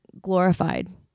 glorified